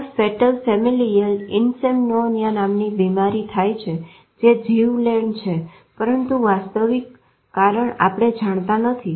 ત્યાં fatal familial insomnia નામની બીમારી થાય છે જે જીવલેણ છે પરંતુ વાસ્તવિક કારણ આપણે જાણતા નથી